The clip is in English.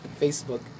Facebook